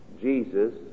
Jesus